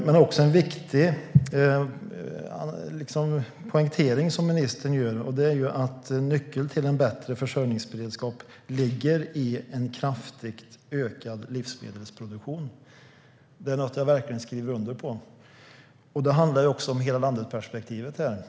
Men ministern poängterar också en viktig sak; nyckeln till bättre försörjningsberedskap ligger i en kraftigt ökad livsmedelsproduktion. Det skriver jag verkligen under på. Det handlar också om hela-landet-perspektivet.